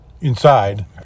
inside